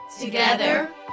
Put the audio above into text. Together